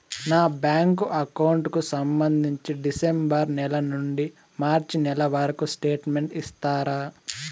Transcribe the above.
నా bank account కు సంబంధించి డిసెంబరు నెల నుండి మార్చి నెలవరకు స్టేట్మెంట్ ఇస్తారా?